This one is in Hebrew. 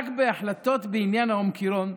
רק בהחלטות בעניין האומיקרון,